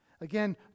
Again